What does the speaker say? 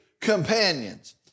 companions